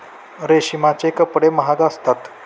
रेशमाचे कपडे महाग असतात